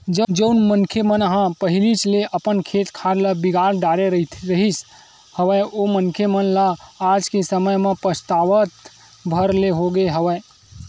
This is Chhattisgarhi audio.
जउन मनखे मन ह पहिलीच ले अपन खेत खार ल बिगाड़ डरे रिहिस हवय ओ मनखे मन ल आज के समे म पछतावत भर ले होगे हवय